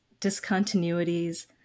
discontinuities